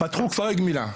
פתחו כפרי גמילה,